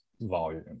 volume